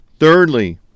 Thirdly